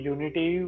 Unity